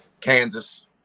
Kansas